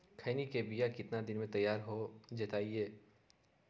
खैनी के बिया कितना दिन मे तैयार हो जताइए?